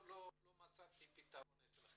לא מצאתי אצלכם פתרון.